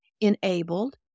enabled